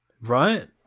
Right